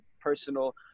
personal